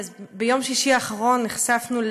ביום שישי האחרון נחשפנו,